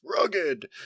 rugged